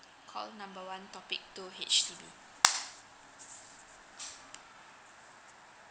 call number one topic two H_D_B